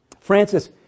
Francis